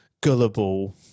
gullible